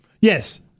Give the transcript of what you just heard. Yes